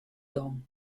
tongue